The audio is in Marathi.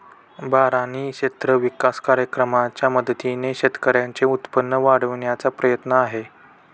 बारानी क्षेत्र विकास कार्यक्रमाच्या मदतीने शेतकऱ्यांचे उत्पन्न वाढविण्याचा प्रयत्न आहे